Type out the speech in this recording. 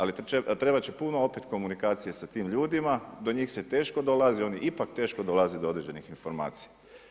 Ali trebat će puno opet komunikacije sa tim ljudima, do njih se teško dolazi, oni ipak teško dolaze do određenih informacija.